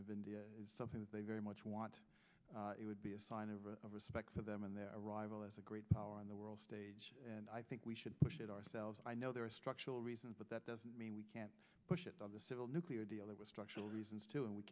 of india is something that they very much want it would be a sign of respect for them and their arrival as a great power in the world and i think we should push it ourselves i know there are structural reasons but that doesn't mean we can't push it on the civil nuclear deal that was structural reasons too and we